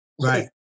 Right